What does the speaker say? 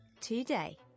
today